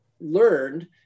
learned